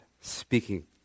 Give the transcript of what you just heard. speaking